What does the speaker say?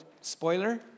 spoiler